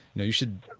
know you should